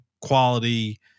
quality